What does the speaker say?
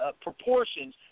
proportions